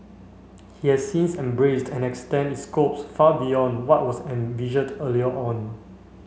he has since embraced and extend its scope far beyond what was envisioned earlier on